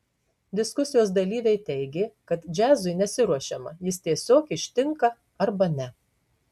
diskusijos dalyviai teigė kad džiazui nesiruošiama jis tiesiog ištinka arba ne